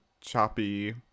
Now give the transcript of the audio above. choppy